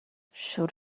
should